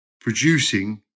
producing